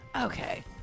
okay